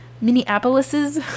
Minneapolis's